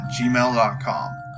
gmail.com